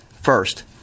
First